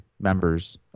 members